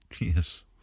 Yes